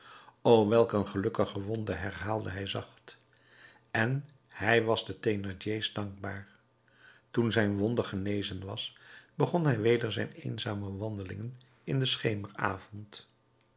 o welk een gelukkige wonde herhaalde hij zacht en hij was den thénardiers dankbaar toen zijn wonde genezen was begon hij weder zijn eenzame wandelingen in den